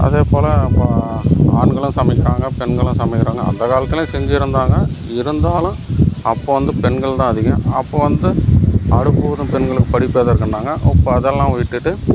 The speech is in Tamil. அதே போல் இப்போ ஆண்களும் சமைக்கிறாங்க பெண்களும் சமைக்கிறாங்க அந்த காலத்துலேயும் செஞ்சுருந்தாங்க இருந்தாலும் அப்போ வந்து பெண்கள் தான் அதிகம் அப்போ வந்து அடுப்பூதும் பெண்களுக்கு படிப்பெதற்குன்னாங்க இப்போ அதெல்லாம் விட்டுட்டு